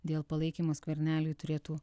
dėl palaikymo skverneliui turėtų